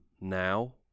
now